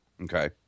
okay